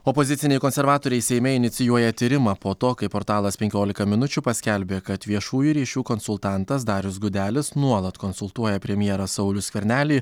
opoziciniai konservatoriai seime inicijuoja tyrimą po to kai portalas penkiolika minučių paskelbė kad viešųjų ryšių konsultantas darius gudelis nuolat konsultuoja premjerą saulių skvernelį